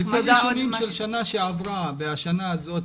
ממעקב של השנה שעברה והשנה הזאת,